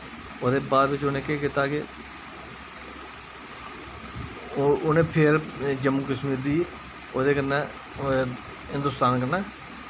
ओह्दे बाद च उ'नें केह् कीता कि उ'नें फिर जम्मू कश्मीर गी ओह्दे कन्नै जम्मू कश्मीर कन्नै